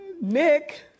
Nick